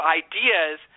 ideas